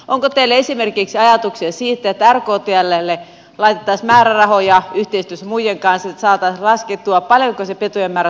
onko teillä esimerkiksi ajatuksia siitä että rktllle laitettaisiin määrärahoja yhteistyössä muiden kanssa että saataisiin laskettua paljonko petojen määrä todellisuudessa on